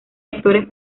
actores